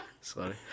sorry